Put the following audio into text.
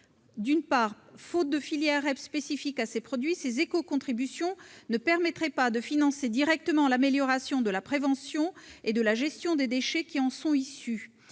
Premièrement, faute de filières REP spécifiques à ces produits, ces éco-contributions ne permettraient pas de financer directement l'amélioration de la prévention et de la gestion des déchets qui en sont issus.